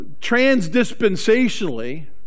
transdispensationally